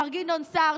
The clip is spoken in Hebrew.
מר גדעון סער,